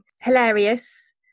Hilarious